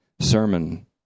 sermon